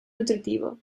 nutritivo